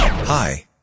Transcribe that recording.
Hi